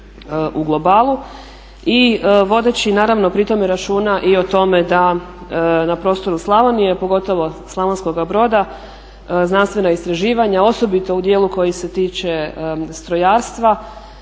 u globalu. I vodeći naravno pri tome računa i o tome da na prostoru Slavonije, pogotovo Slavonskoga Broda znanstvena istraživanja osobito u dijelu koji se tiče strojarstva